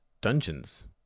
dungeons